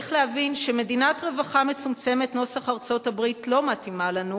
צריך להבין שמדינת רווחה מצומצמת נוסח ארצות-הברית לא מתאימה לנו,